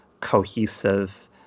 cohesive